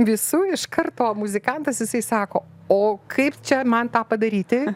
visų iš karto muzikantas jisai sako o kaip čia man tą padaryti